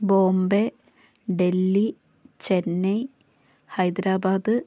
Bombay Delhi Chennai Hyderabad